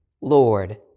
Lord